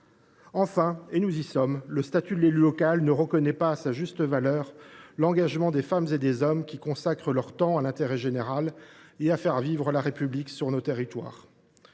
enfin, nous y sommes –, le statut de l’élu local ne reconnaît pas à sa juste valeur l’engagement des femmes et des hommes qui consacrent leur temps à l’intérêt général et à faire vivre la République dans nos territoires.